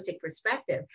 perspective